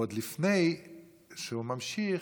ועוד לפני שהוא ממשיך,